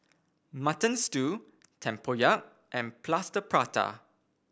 Mutton Stew Tempoyak and Plaster Prata